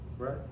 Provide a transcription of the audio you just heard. right